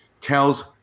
tells